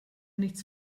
nichts